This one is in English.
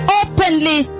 openly